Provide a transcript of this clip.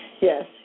Yes